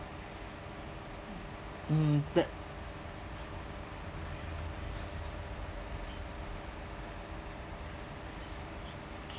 mm but